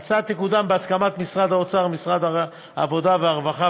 ההצעה תקודם בהסכמת משרד האוצר ומשרד העבודה והרווחה,